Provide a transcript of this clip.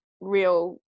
real